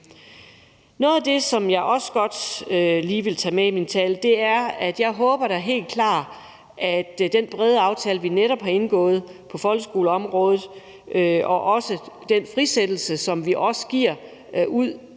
Noget af det, som jeg også godt lige vil tage med i min tale, er, at jeg da helt klart også håber, at den brede aftale, vi netop har indgået på folkeskoleområdet, og også den frisættelse, som vi giver ud